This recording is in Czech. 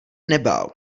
nebál